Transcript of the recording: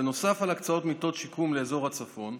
בנוסף על הקצאות מיטות שיקום לאזור הצפון,